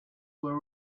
were